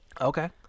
Okay